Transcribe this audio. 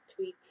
tweets